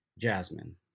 Jasmine